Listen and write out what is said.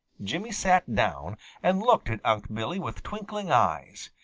jimmy sat down and looked at unc' billy with twinkling eyes.